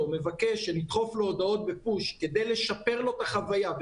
רוצה שנדחוף לו הודעות בפוש כדי לשפר לו את החוויה,